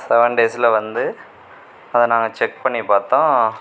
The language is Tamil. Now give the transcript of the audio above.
செவென் டேஸில் வந்து அதை நாங்கள் செக் பண்ணி பார்த்தோம்